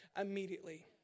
immediately